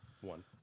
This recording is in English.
One